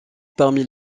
parmi